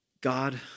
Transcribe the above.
God